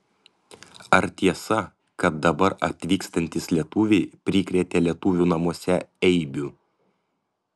ar tiesa kad dabar atvykstantys lietuviai prikrėtė lietuvių namuose eibių